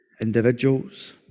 individuals